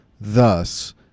thus